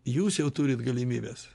jūs jau turit galimybes